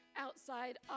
outside